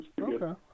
Okay